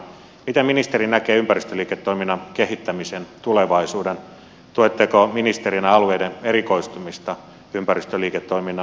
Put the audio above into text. miten ministeri näkee ympäristöliiketoiminnan kehittämisen tulevaisuuden tuetteko ministerinä alueiden erikoistumista ympäristöliiketoiminnan kehittämisessä